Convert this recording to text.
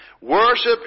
Worship